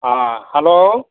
ହଁ ହ୍ୟାଲୋ